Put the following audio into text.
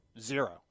Zero